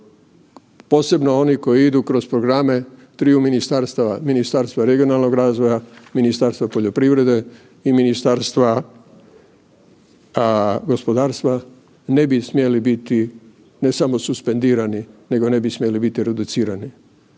posebno oni koji idu kroz programe triju ministarstava, Ministarstva regionalnog razvoja, Ministarstva poljoprivrede i Ministarstva poljoprivrede i Ministarstva gospodarstva ne bi smjeli biti ne samo suspendirani, nego ne bi smjeli biti reducirani.